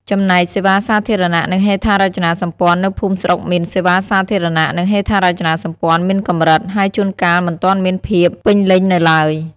ចំណែក សេវាសាធារណៈ និងហេដ្ឋារចនាសម្ព័ន្ធ នៅភូមិស្រុកមាន សេវាសាធារណៈ និង ហេដ្ឋារចនាសម្ព័ន្ធ មានកម្រិត ហើយជួនកាលមិនទាន់មានភាពពេញលេញនៅឡើយ។